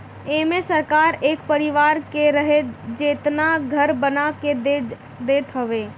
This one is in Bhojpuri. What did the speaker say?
एमे सरकार एक परिवार के रहे जेतना घर बना के देत हवे